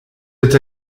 êtes